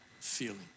feeling